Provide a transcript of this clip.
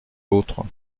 l’autre